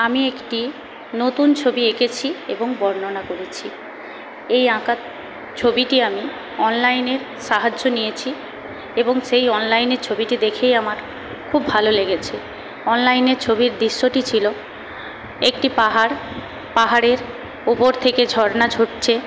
আমি একটি নতুন ছবি একেঁছি ও বর্ণনা করেছি এই আঁকা ছবিটি আমি অনলাইনের সাহায্য নিয়েছি এবং সেই অনলাইনে ছবিটি দেখেই আমার খুব ভালো লেগেছে অনলাইনে ছবির দৃশ্যটি ছিল একটি পাহাড় পাহাড়ের উপর থেকে ঝর্ণা ঝরছে